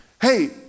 Hey